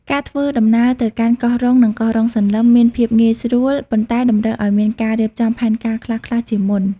ការធ្វើដំណើរទៅកាន់កោះរ៉ុង និងកោះរ៉ុងសន្លឹមមានភាពងាយស្រួល ប៉ុន្តែតម្រូវឲ្យមានការរៀបចំផែនការខ្លះៗជាមុន។